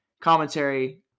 commentary